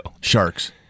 Sharks